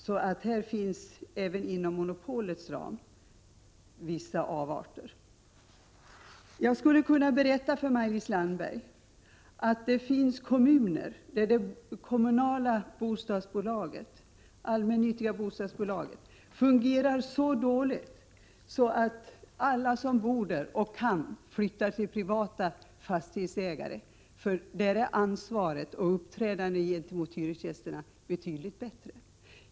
Även inom monopolets ram finns det alltså vissa avarter. Jag skulle kunna berätta för Maj-Lis Landberg att det kommunala, allmännyttiga bostadsbolaget i vissa kommuner fungerar så dåligt att alla som bor där flyttar, om de kan, till bostäder hos privata fastighetsägare, där ansvaret för och uppträdandet gentemot hyresgästerna är betydligt bättre.